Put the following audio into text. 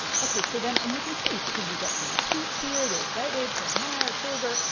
okay, so then and you can see see cause you've got your receipts here. there's rite aid, fred meyer, kroger.